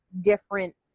different